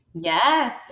Yes